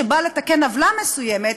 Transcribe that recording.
שבא לתקן עוולה מסוימת,